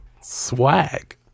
Swag